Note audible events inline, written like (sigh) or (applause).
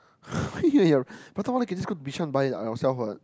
(laughs) why you and your Prata-Wala can go Bishan buy ourselves what